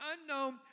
unknown